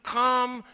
come